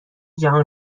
جهان